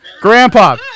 Grandpa